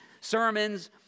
sermons